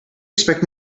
expect